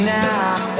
now